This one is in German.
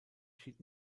schied